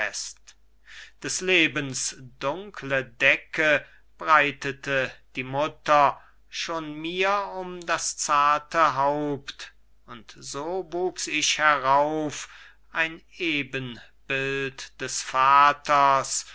des lebens dunkle decke breitete die mutter schon mir um das zarte haupt und so wuchs ich herauf ein ebenbild des vaters